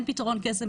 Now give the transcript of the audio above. אין פתרון קסם,